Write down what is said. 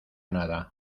nada